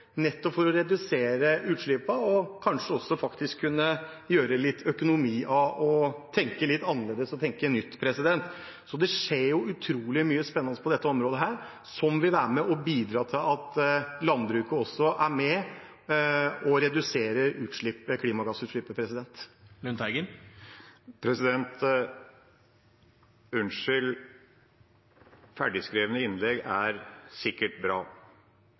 nettopp for å redusere utslippene og kanskje å kunne få litt økonomi ut av å tenke litt annerledes og tenke nytt. Så det skjer utrolig mye spennende på dette området som vil være med og bidra til at landbruket også er med og reduserer klimagassutslippene. Unnskyld – ferdigskrevne innlegg er sikkert bra,